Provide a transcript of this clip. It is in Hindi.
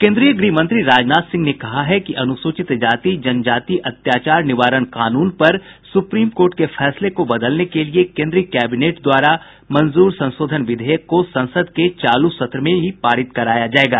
केन्द्रीय गृह मंत्री राजनाथ सिंह ने कहा है कि अनुसूचित जाति जनजाति अत्याचार निवारण कानून पर सुप्रीम कोर्ट के फैसले को बदलने के लिये कोन्द्रीय कैबिनेट द्वारा मंजूर संशोधन विधेयक को संसद के चालू सत्र में ही पारित कराया जायेगा